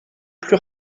plus